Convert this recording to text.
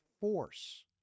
force